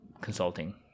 consulting